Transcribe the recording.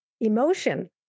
emotion